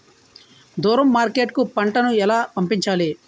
దూరం మార్కెట్ కు పంట ను ఎలా పంపించాలి?